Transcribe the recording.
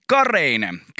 Kareinen